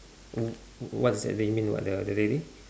w~ what is that do you mean what the the lady